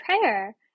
prayer